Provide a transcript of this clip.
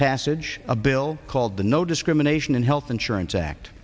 passage a bill called the no discrimination in health insurance act